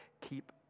keep